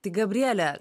tai gabriele